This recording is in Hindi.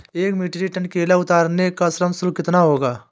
एक मीट्रिक टन केला उतारने का श्रम शुल्क कितना होगा?